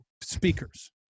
speakers